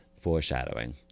Foreshadowing